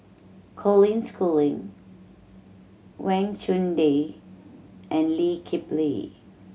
Colin Schooling Wang Chunde and Lee Kip Lee